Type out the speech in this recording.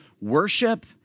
worship